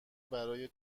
برای